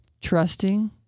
trusting